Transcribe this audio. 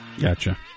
Gotcha